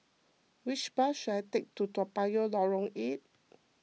which bus should I take to Toa Payoh Lorong eight